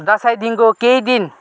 दसैँदेखिको केही दिन